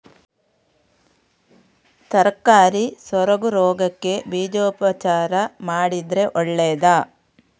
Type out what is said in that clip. ತರಕಾರಿ ಸೊರಗು ರೋಗಕ್ಕೆ ಬೀಜೋಪಚಾರ ಮಾಡಿದ್ರೆ ಒಳ್ಳೆದಾ?